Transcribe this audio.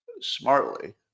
smartly